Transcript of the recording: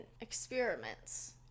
experiments